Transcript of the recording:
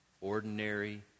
ordinary